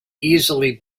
easily